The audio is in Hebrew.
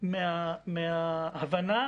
מההבנה